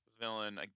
villain